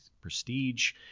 prestige